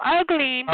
ugly